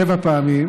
שבע פעמים,